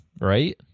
right